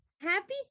happy